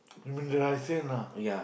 you mean the rice in ah